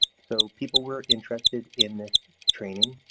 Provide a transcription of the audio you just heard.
so people were interested in this training.